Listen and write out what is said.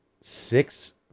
Six